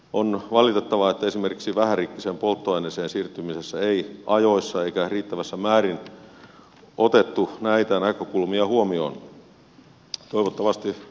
on valitettavaa että esimerkiksi vähärikkiseen polttoaineeseen siirtymisessä ei ajoissa eikä riittävässä määrin otettu näitä näkökulmia huomioon